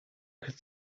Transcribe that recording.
could